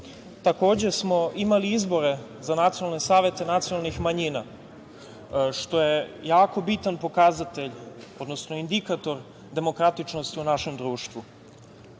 Takođe, imali smo izbore za nacionalne saveta nacionalnih manjina, što je jako bitan pokazatelj, odnosno indikator demokratičnosti u našem društvu. Posle